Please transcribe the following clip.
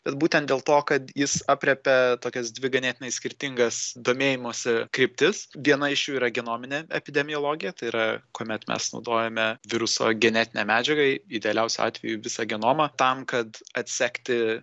bet būtent dėl to kad jis aprėpia tokias dvi ganėtinai skirtingas domėjimosi kryptis viena iš jų yra genominė epidemiologija tai yra kuomet mes naudojame viruso genetinę medžiagą idealiausiu atveju visą genomą tam kad atsekti